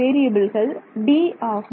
வேறியபில்கள் D ஆகும்